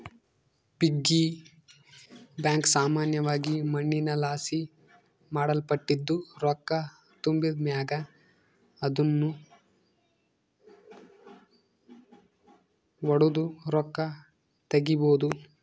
piggy bank ಸಾಮಾನ್ಯವಾಗಿ ಮಣ್ಣಿನಲಾಸಿ ಮಾಡಲ್ಪಟ್ಟಿದ್ದು, ರೊಕ್ಕ ತುಂಬಿದ್ ಮ್ಯಾಗ ಅದುನ್ನು ಒಡುದು ರೊಕ್ಕ ತಗೀಬೋದು